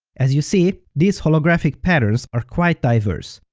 as you see, these holographic patterns are quite diverse,